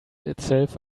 itself